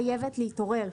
חייבת להתעורר,